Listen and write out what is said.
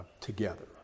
together